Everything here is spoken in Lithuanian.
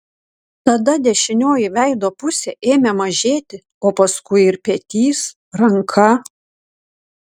tada dešinioji veido pusė ėmė mažėti o paskui ir petys ranka